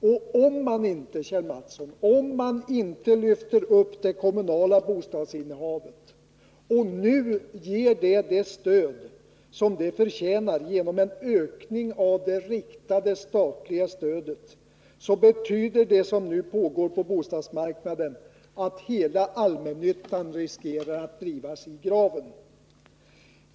Och om man inte, Kjell Mattsson, lyfter upp det kommunala bostadsinnehavet och nu ger det det stöd som det förtjänar genom en ökning av det riktade statliga stödet, betyder det som nu pågår på bostadsmarknaden att hela allmännyttan riskerar att drivas i graven.